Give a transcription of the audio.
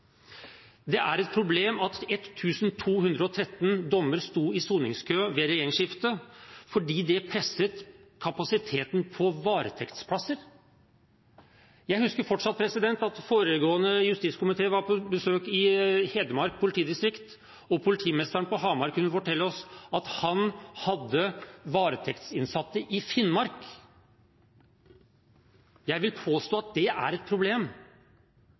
Det er et problem at 1 213 dommer sto i soningskø ved regjeringsskiftet fordi det presset kapasiteten på varetektsplasser. Jeg husker fortsatt at den forrige justiskomiten var på besøk i Hedmark politidistrikt, og politimesteren på Hamar kunne fortelle oss at han hadde varetektsinnsatte i Finnmark. Jeg vil påstå at det er et problem,